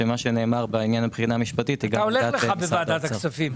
מה שנאמר בעניין מבחינה משפטית --- הולך לך בוועדת הכספים.